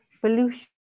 pollution